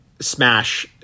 smash